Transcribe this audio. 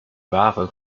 ware